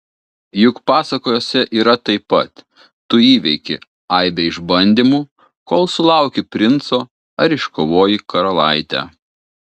juk pasakose yra taip pat tu įveiki aibę išbandymų kol sulauki princo ar iškovoji karalaitę